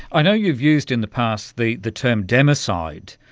i know you've used in the past the the term democide,